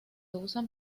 usan